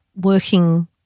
working